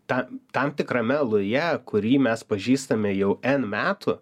tą tam tikrame aluje kurį mes pažįstame jau en metų